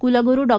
कुलगुरू डॉ